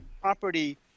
property